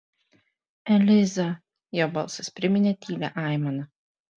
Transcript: eliza jo balsas priminė tylią aimaną